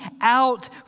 out